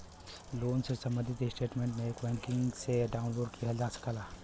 loan से सम्बंधित statement net banking से डाउनलोड किहल जा सकला